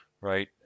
right